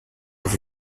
aux